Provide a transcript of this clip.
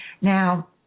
now